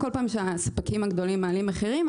שבכל פעם שהספקים הגדולים מעלים מחירים,